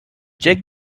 check